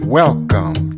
welcome